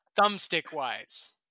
thumbstick-wise